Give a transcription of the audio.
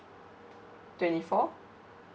twenty four